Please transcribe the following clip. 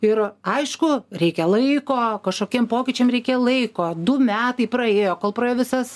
ir aišku reikia laiko kažkokiem pokyčiam reikia laiko du metai praėjo kol praėjo visas